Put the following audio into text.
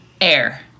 Air